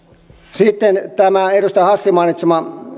sitten kun edustaja hassi mainitsi